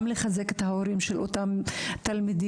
גם לחזק את ההורים של אותם תלמידים,